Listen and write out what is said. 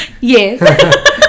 yes